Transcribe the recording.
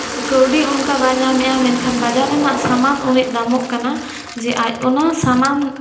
ᱠᱟᱹᱣᱰᱤ ᱚᱱᱠᱟ ᱵᱟᱭ ᱧᱟᱢᱮᱫᱼᱟ ᱢᱮᱱᱠᱷᱟᱱ ᱵᱟᱡᱟᱨ ᱨᱮᱭᱟᱜ ᱥᱟᱢᱟᱱ ᱩᱱᱟᱹᱜ ᱫᱟᱢᱚᱜ ᱠᱟᱱᱟ ᱡᱮ ᱟᱡ ᱚᱱᱟ ᱥᱟᱢᱟᱱ